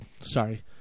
sorry